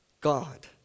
God